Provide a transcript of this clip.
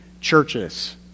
churches